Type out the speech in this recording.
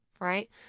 right